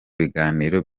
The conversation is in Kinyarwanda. biganiro